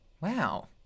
Wow